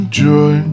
joy